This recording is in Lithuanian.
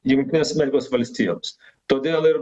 jungtinės amerikos valstijoms todėl ir